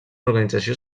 organització